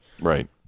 Right